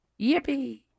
Yippee